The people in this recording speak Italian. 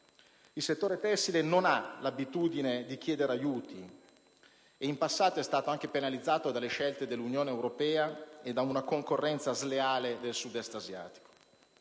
Il settore tessile non ha l'abitudine di chiedere aiuti ed in passato è stato anche penalizzato dalle scelte dell'Unione europea e da una concorrenza sleale del Sud-Est asiatico.